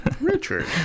Richard